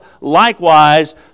likewise